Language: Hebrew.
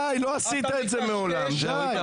אתה מקשקש לחלוטין.